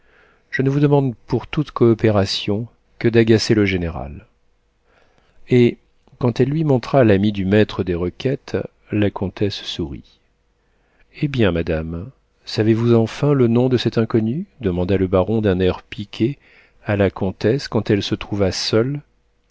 je ne vous demande pour toute coopération que d'agacer le général et quand elle lui montra l'ami du maître des requêtes la comtesse sourit eh bien madame savez-vous enfin le nom de cette inconnue demanda le baron d'un air piqué à la comtesse quand elle se trouva seule